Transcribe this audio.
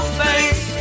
face